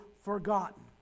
forgotten